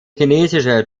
chinesische